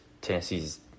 Tennessee's